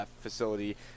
facility